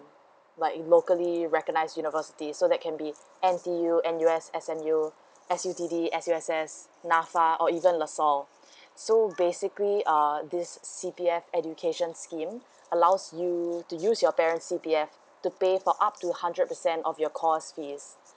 like in locally recognize university so that can be N_T_U N_U_S S_M_U S_U_D_D S_U_S_S nafa or even lasalle so basically err this C_P_F education scheme allows you to use your parents C_P_F to pay for up to hundred percent of your course fee